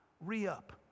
re-up